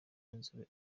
b’inzobe